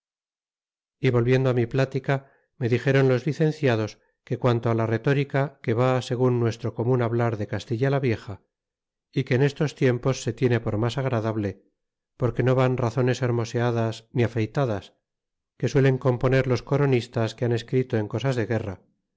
y volviendo á mi plática me dixéron los licenciados que quanto á la retórica que va segun nuestro comun hablar de castilla la vieja ó que en estos llenapos se tiene por mas agradable porque no van razones hermoseadas ni afeitadas que suelen componer los coronistas que han escrito en cosas de guerra